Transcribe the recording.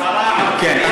כן.